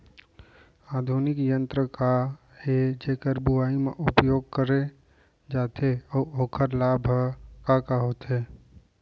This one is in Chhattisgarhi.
आधुनिक यंत्र का ए जेकर बुवाई म उपयोग करे जाथे अऊ ओखर लाभ ह का का होथे?